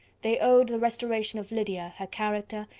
they owed the restoration of lydia, her character,